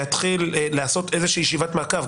להתחיל לעשות איזושהי ישיבת מעקב.